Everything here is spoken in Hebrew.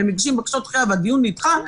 והדיון נדחה,